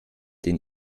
den